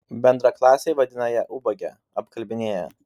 bendraklasiai vadina ją ubage apkalbinėja